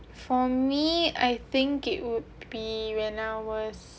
for me I think it would be when I was